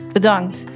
Bedankt